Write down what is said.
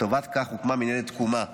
לטובת זה הוקמה מינהלת תקומה,